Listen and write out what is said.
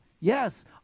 Yes